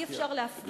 אי-אפשר להפגין,